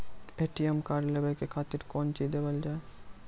ATM card लेवे के खातिर कौंची देवल जाए?